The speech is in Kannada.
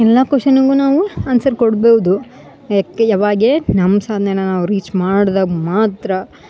ಎಲ್ಲ ಕೊಷನಿಗು ನಾವು ಆನ್ಸರ್ ಕೊಡ್ಬೌದು ಯಾಕೆ ಯಾವಾಗೆ ನಮ್ಮ ಸಾಧ್ನೆನ ನಾವು ರೀಚ್ ಮಾಡ್ದಾಗ ಮಾತ್ರ